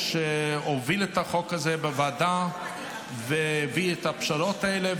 שהוביל את החוק הזה בוועדה והביא את הפשרות האלה,